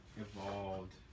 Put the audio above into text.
evolved